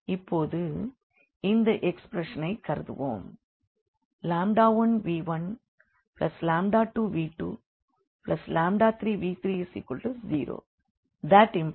இப்போது இந்த எக்ஸ்ப்ரேஷனைக் கருதுவோம்